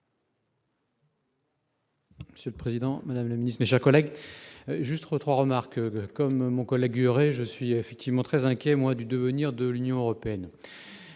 Monsieur le Président, Madame la Ministre, mes chers collègues, juste retour aux remarques comme mon collègue, une heure et je suis effectivement très inquiet moi du devenir de l'Union européenne,